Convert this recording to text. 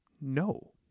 no